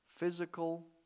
Physical